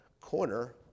corner